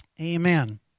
Amen